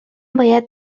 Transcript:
باید